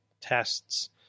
tests